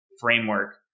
framework